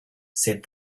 said